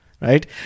Right